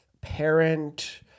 parent